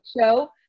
show